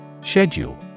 Schedule